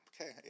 okay